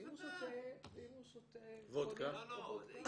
ואם הוא שותה קוניאק